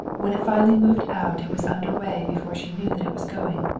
when it finally moved out it was under way before she knew that it was going.